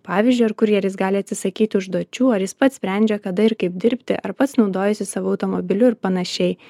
pavyzdžiui ar kurjeris gali atsisakyti užduočių ar jis pats sprendžia kada ir kaip dirbti ar pats naudojasi savo automobiliu ir panašiai